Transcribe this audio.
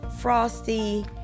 frosty